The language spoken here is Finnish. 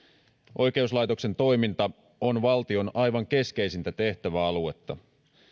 oikeuslaitoksen toiminta on valtion aivan keskeisintä tehtäväaluetta